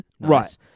right